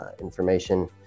information